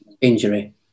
injury